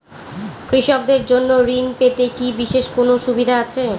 কৃষকদের জন্য ঋণ পেতে কি বিশেষ কোনো সুবিধা আছে?